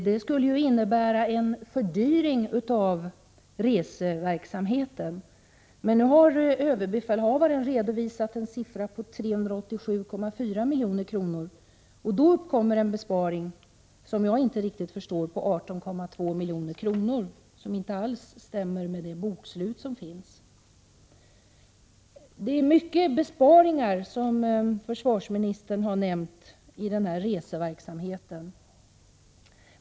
Det innebär att reseverksamheten måste ha fördyrats. Men nu har överbefälhavaren redovisat en kostnad på 387,4 milj.kr. Därmed uppkommer en besparing, som jag inte riktigt förstår, på 18,2 milj.kr. Det stämmer inte med det bokslut som finns. Försvarsministern sade att det har skett många besparingar inom reseverksamheten.